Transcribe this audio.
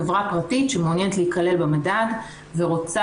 חברה פרטית שמעוניינת להיכלל במדד ורוצה